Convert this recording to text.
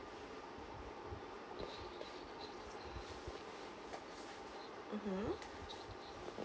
mmhmm